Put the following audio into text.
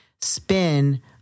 spin